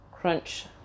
crunch